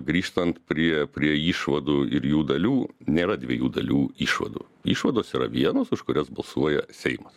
grįžtant prie prie išvadų ir jų dalių nėra dviejų dalių išvadų išvados yra vienos už kurias balsuoja seimas